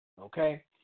Okay